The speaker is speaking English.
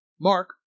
Mark